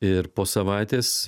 ir po savaitės